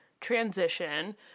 transition